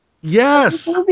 Yes